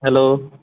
hello